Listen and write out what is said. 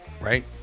Right